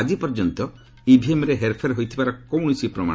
ଆକି ପର୍ଯ୍ୟନ୍ତ ଇଭିଏମ୍ରେ ହେର୍ଫେର୍ ହୋଇଥିବାର କୌଣସି ପ୍ରମାଣ